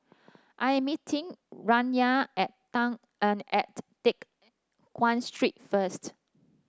I am meeting Rayna at and at Teck Guan Street first